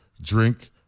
drink